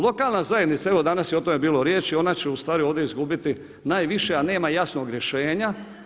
Lokalna zajednica, evo danas je o tome bilo riječi ona će ustvari ovdje izgubiti najviše a nema jasnog rješenja.